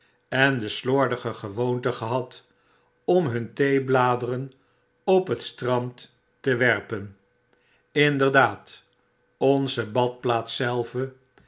en de slordige gewoonte gehad om hun theebladeren op het strand te werpen k fei overdrukken lnderdaad onze badplaats zelve